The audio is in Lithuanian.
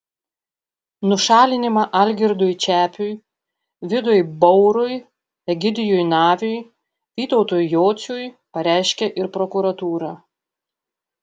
nušalinimą algirdui čepiui vidui baurui egidijui naviui vytautui jociui pareiškė ir prokuratūra